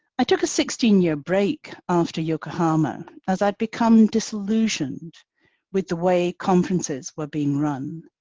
i took a sixteen year break after yokohama, as i'd become disillusioned with the way conferences were being run,